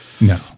No